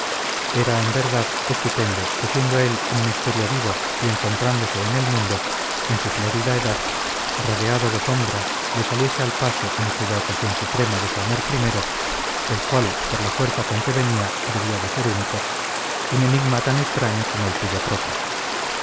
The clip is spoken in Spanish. era en verdad estupendo que siendo él un misterio vivo y encontrándose en el mundo en su florida edad rodeado de sombras le saliese al paso en aquella ocasión suprema de su amor primero un enigma tan extraño como el suyo propio